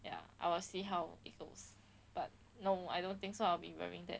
okay lah I will see how the thing goes but no I don't think so I'll be wearing that